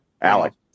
Alex